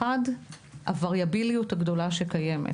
אחד, הווריאביליות הגדולה שקיימת.